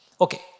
Okay